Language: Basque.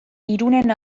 irunen